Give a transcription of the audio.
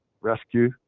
rescue